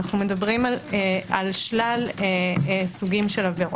אנו מדברים על שלל סוגי עבירות.